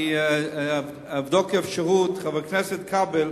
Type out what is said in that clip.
אני אבדוק אפשרות, חבר הכנסת כבל,